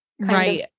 right